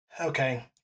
Okay